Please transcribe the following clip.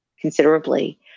considerably